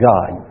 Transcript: God